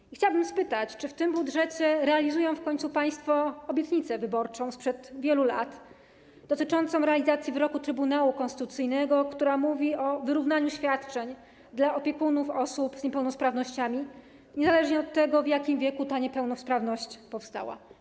I chciałabym zapytać, czy w tym budżecie zrealizują w końcu państwo obietnicę wyborczą sprzed wielu lat dotyczącą realizacji wyroku Trybunału Konstytucyjnego, który mówi o wyrównaniu świadczeń dla opiekunów osób z niepełnosprawnościami, niezależnie od tego, w jakim wieku ta niepełnosprawność powstała.